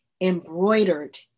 embroidered